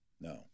No